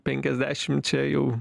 penkiasdešim čia jau